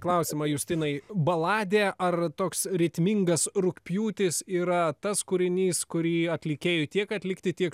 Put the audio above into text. klausimą justinai baladė ar toks ritmingas rugpjūtis yra tas kūrinys kurį atlikėjui tiek atlikti tiek